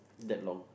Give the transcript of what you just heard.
that long